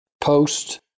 Post